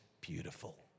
beautiful